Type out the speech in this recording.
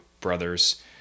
brothers